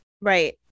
right